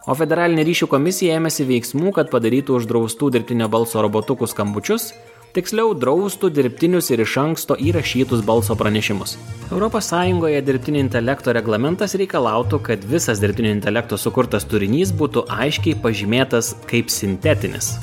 o federalinė ryšių komisija ėmėsi veiksmų kad padarytų uždraustų dirbtinio balso robotukų skambučius tiksliau draustų dirbtinius ir iš anksto įrašytus balso pranešimus europos sąjungoje dirbtinio intelekto reglamentas reikalautų kad visas dirbtinio intelekto sukurtas turinys būtų aiškiai pažymėtas kaip sintetinis